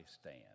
stand